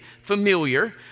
familiar